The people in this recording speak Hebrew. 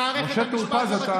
משה טור פז,